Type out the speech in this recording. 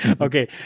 okay